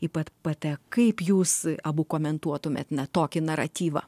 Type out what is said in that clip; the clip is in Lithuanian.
į pet p t kaip jūs abu komentuotumėt tokį naratyvą